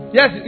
Yes